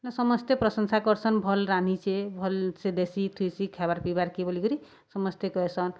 ସମସ୍ତେ ପ୍ରଶଂସା କର୍ସନ୍ ଭଲ୍ ରାନ୍ଧିଛେ ଭଲ୍ସେ ଦେଶୀ ଥୁଇସି ଖାଏବାର୍ ପିଇବାର୍ କେ ବୋଲିକରି ସମସ୍ତେ କହେସନ୍